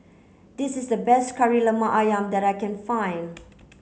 this is the best Kari Lemak Ayam that I can find